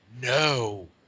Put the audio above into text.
No